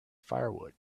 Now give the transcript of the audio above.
firewood